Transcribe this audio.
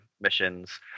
missions